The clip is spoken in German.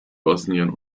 bosnien